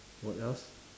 what else